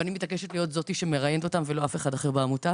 ואני מתעקשת להיות זאת שמראיינת אותם ולא אף אחד אחר בעמותה,